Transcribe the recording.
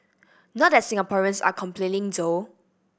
not that Singaporeans are complaining though